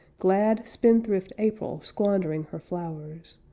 glad, spendthrift april, squandering her flowers,